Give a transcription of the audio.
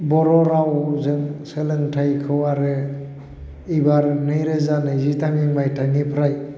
बर' रावजों सोलोंथायखौ आरो बेबार नैरोजा नैजिथाम इं मायथाइनिफ्राय